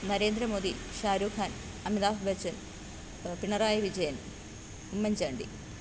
Narendra Modi Shah Rukh Khan Amitabh Bachchan Pinarayi Vijayan Oommen Chandy